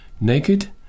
Naked